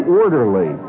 orderly